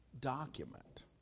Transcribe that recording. document